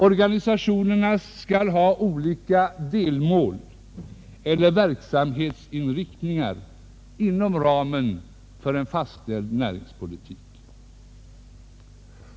Organisationerna skall ha olika delmål eller verksamhetsinriktningar inom ramen för en fastställd näringspolitik.